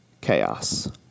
Chaos